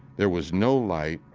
there was no light,